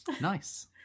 nice